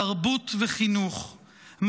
תרבות וחינוך,